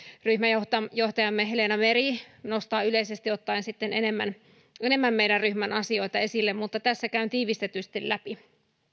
ryhmänjohtajamme leena meri nostaa yleisesti ottaen enemmän enemmän meidän ryhmämme asioita esille mutta tässä käyn tiivistetysti läpi